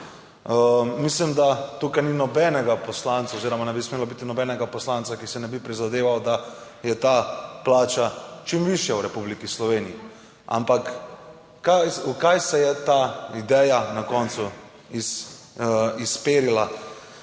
Mislim, da tukaj ni nobenega poslanca oziroma ne bi smelo biti nobenega poslanca, ki si ne bi prizadeval, da je ta plača čim višja v Republiki Sloveniji, ampak v kaj se je ta ideja na koncu izpirila.